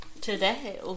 Today